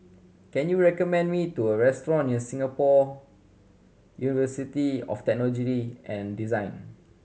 can you recommend me do a restaurant near Singapore University of Technology and Design